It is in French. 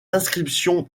inscriptions